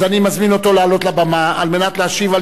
אז אני מזמין אותו לעלות לבמה על מנת להשיב על